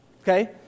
okay